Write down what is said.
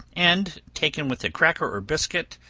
and taken with a cracker or biscuit,